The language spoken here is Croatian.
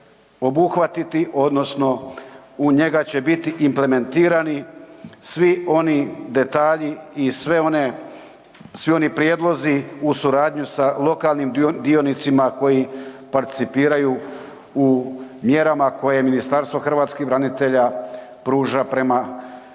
obuhvatiti odnosno u njega će biti implementirani svi oni detalji i svi oni prijedlozi u suradnji sa lokalnim dionicama koji participiraju u mjerama koje Ministarstvo hrvatskih branitelja pruža prema hrvatskim